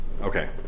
Okay